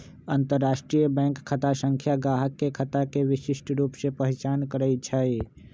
अंतरराष्ट्रीय बैंक खता संख्या गाहक के खता के विशिष्ट रूप से पहीचान करइ छै